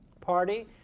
party